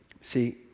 See